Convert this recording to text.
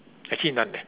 actually none eh